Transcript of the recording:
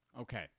Okay